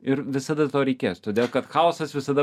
ir visada to reikės todėl kad chaosas visada